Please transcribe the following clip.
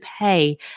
pay